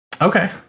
Okay